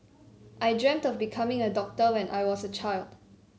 I dreamt of becoming a doctor when I was a child